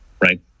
right